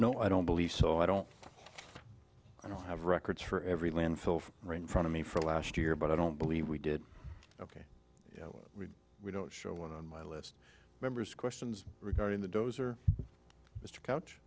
no i don't believe so i don't i don't have records for every landfill right in front of me for last year but i don't believe we did we don't show one on my list members questions regarding the dozer mr couch